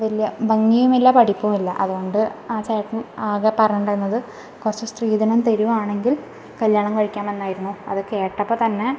വലിയ ഭംഗിയുമില്ല പഠിപ്പുമില്ല അത്കൊണ്ട് ആ ചേട്ടന് ആകെ പറയുണ്ടായിരുന്നത് കുറച്ച് സ്ത്രീധനം തരുവാണെങ്കില് കല്യാണം കഴിക്കാമെന്നായിരുന്നു അത് കേട്ടപ്പൊത്തന്നെ